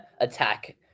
attack